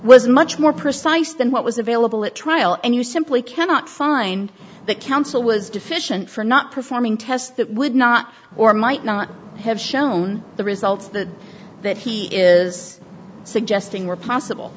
was much more precise than what was available at trial and you simply cannot find that counsel was deficient for not performing tests that would not or might not have shown the results that that he is suggesting were possible